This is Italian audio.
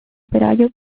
operaio